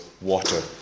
water